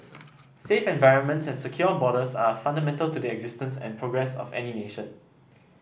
safe environments and secure borders are fundamental to the existence and progress of any nation